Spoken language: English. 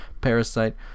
Parasite